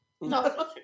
No